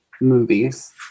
movies